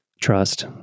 trust